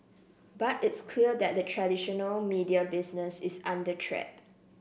but it's clear that the traditional media business is under threat